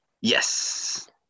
Yes